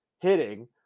hitting